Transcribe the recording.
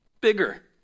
bigger